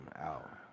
out